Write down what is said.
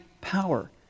power